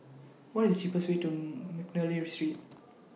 What IS cheapest Way to Mcnally Street